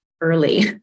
early